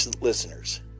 listeners